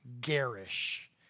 garish